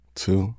two